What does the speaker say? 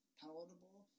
palatable